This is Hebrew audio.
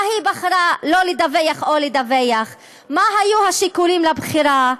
מה היא בחרה לדווח או לא לדווח ומה היו השיקולים לבחירה,